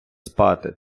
спати